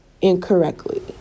incorrectly